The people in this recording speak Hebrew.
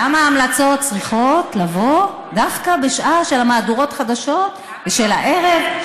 למה ההמלצות צריכות לבוא דווקא בשעה של מהדורות החדשות ושל הערב,